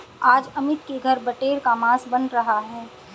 आज अमित के घर बटेर का मांस बन रहा है